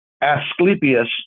asclepius